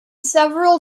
several